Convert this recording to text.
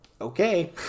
Okay